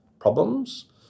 problems